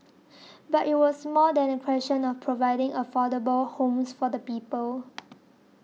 but it was more than a question of providing affordable homes for the people